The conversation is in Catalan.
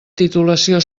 titulació